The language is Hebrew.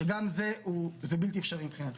שגם זה הוא בלתי אפשרי מבחינתם.